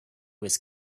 was